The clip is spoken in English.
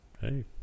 hey